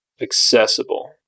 accessible